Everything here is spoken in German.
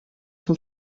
zum